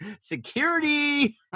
security